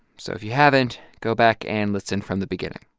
so if you haven't, go back and listen from the beginning